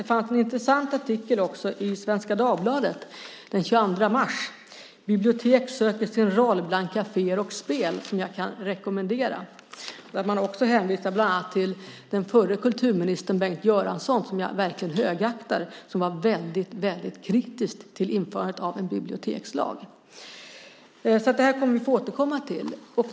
Det fanns en intressant artikel i Svenska Dagbladet den 22 mars, "Bibliotek söker sin roll bland caféer och spel", som jag kan rekommendera. Bland annat hänvisar man till den förre kulturministern Bengt Göransson, som jag verkligen högaktar, som var väldigt kritisk till införandet av en bibliotekslag. Det här kommer vi att få återkomma till.